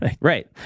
Right